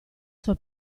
sua